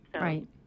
Right